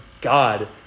God